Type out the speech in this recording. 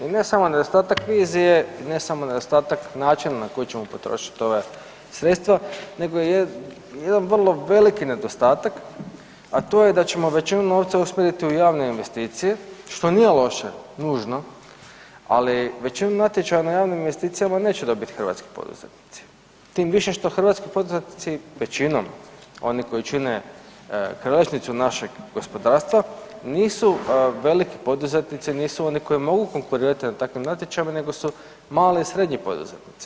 I ne samo nedostatak vizije i ne samo nedostatak načina na koji ćemo potrošit ova sredstva, nego jedan vrlo veliki nedostatak, a to je da ćemo većinu novca usmjeriti u javne investicije, što nije loše nužno, ali većinu natječaja na javnim investicijama neće dobit hrvatski poduzetnici, tim više što hrvatski poduzetnici većinom oni koji čine kralježnicu našeg gospodarstva nisu veliki poduzetnici, nisu oni koji mogu konkurirati na takvim natječajima nego su mali i srednji poduzetnici.